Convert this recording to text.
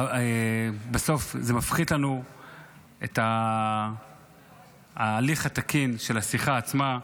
בסוף זה מפחית לנו את ההליך התקין של השיחה עצמה,